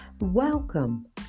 welcome